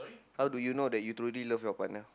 how do you know that you truly love your partner